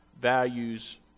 values